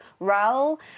Raul